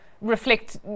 reflect